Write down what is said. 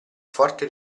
forte